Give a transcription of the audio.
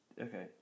okay